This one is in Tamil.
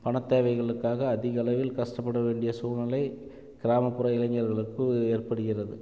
பண தேவைகளுக்காக அதிக அளவில் கஷ்டப்பட வேண்டிய சூழ்நிலை கிராமப்புற இளைஞர்களுக்கு ஏற்படுகிறது